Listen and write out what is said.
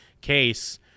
case